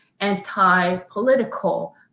anti-political